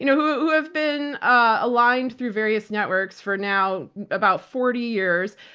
you know who have been aligned through various networks for now about forty years,